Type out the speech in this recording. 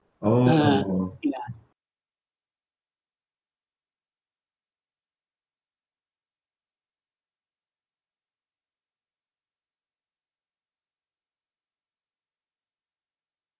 oh